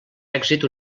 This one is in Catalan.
èxit